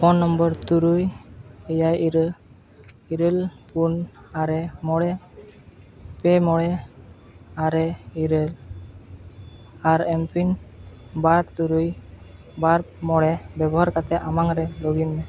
phone number ᱛᱩᱨᱩᱭ ᱮᱭᱟᱭ ᱤᱨᱟᱹ ᱤᱨᱟᱹᱞ ᱯᱩᱱ ᱟᱨᱮ ᱢᱚᱬᱮ ᱯᱮ ᱢᱚᱬᱮ ᱟᱨᱮ ᱤᱨᱟᱹᱞ ᱟᱨ ᱮᱢ ᱯᱤᱱ ᱵᱟᱨ ᱛᱩᱨᱩᱭ ᱵᱟᱨ ᱢᱚᱬᱮ ᱵᱮᱵᱚᱦᱟᱨ ᱠᱟᱛᱮᱫ ᱟᱢᱟᱝ ᱨᱮ ᱞᱚᱜᱤᱱ ᱢᱮ